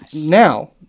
now